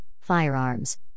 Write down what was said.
Firearms